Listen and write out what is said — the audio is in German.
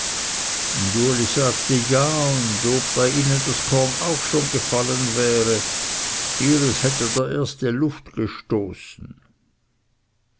uli sagte ja und ob bei ihnen das korn auch schon gefallen wäre ihres hätte der erste luft gestoßen